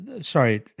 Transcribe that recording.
Sorry